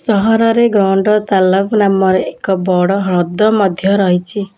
ସହରରେ ଗୋଣ୍ଡ ତାଲାବ୍ ନାମରେ ଏକ ବଡ଼ ହ୍ରଦ ମଧ୍ୟ ରହିଛି